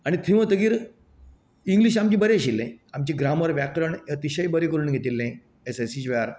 आनी थंय वतकीर इंग्लिश सामकें बरें आशिल्ले आमचे ग्रामर व्याकरण अतिशय बरें गुण घेतिल्ले एस एस एस सीचे वेळार